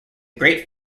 grey